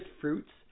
fruits